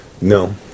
no